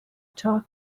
talk